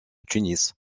tunis